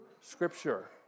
Scripture